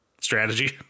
strategy